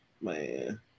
Man